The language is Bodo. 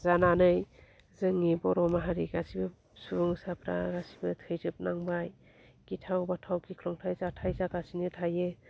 जानानै जोंनि बर' माहारि गासिबो सुबुंसाफ्रा गासिबो थैजोब नांबाय गिथाव बाथाव गिख्रंथाइ जाथाय जागासिनो थायो